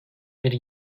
bir